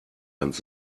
ganz